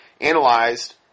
analyzed